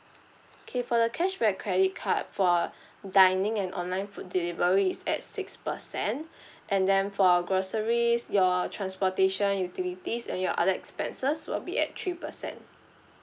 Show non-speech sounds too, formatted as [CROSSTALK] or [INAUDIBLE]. okay for the cashback credit card for [BREATH] dining and online food delivery is at six percent and then for groceries your transportation utilities and your other expenses will be at three percent